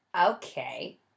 Okay